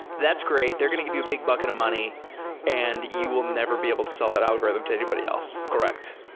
that's great. they're going to give you a big bucket of money and you will never be able to sell that algorithm to anybody else correct.